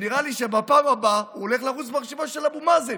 שנראה לי שבפעם הבאה הוא הולך לרוץ ברשימה של אבו מאזן.